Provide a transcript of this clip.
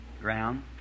ground